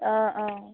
অঁ অঁ